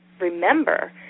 remember